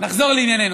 נחזור לענייננו.